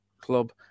club